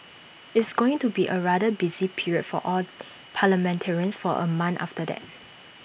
it's going to be A rather busy period for all parliamentarians for A month after that